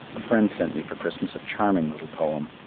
a friend sent me for christmas a charming little poem.